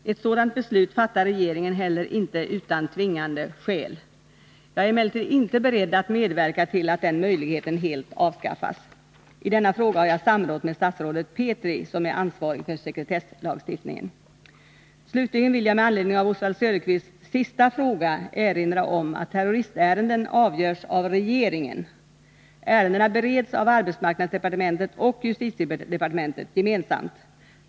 Ett sådant beslut fattar regeringen heller inte utan tvingande skäl. Jag är emellertid inte beredd att medverka till att den möjligheten helt avskaffas. I denna fråga har jag samrått med statsrådet Petri, som är ansvarig för sekretesslagstiftningen. Slutligen vill jag med anledning av Oswald Söderqvists sista fråga erinra om att terroristärenden avgörs av regeringen. Ärendena bereds av arbetsmarknadsdepartementet och justitiedepartementet gemensamt.